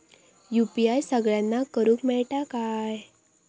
UPI सगळ्यांना करुक मेलता काय?